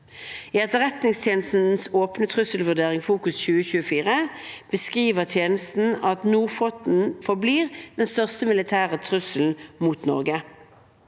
I etterretningstjenestens åpne trusselvurdering, Fokus 2024, beskriver tjenesten at Nordflåten forblir den største militære trusselen mot Norge.